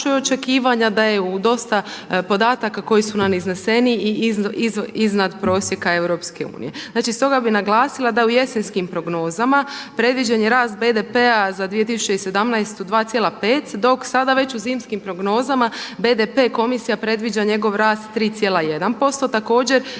očekivanja, daje dosta podataka koji su nam izneseni i iznad prosjeka EU. Znači, stoga bih naglasila da u jesenskim prognozama predviđen je rast BDP-a za 2017. 2,5 dok sada već u zimskim prognozama BDP komisija predviđa njegov rast 3,1%.